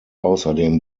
außerdem